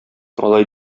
алай